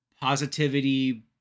positivity